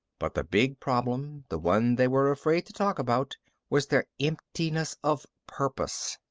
but the big problem the one they were afraid to talk about was their emptiness of purpose.